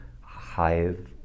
hive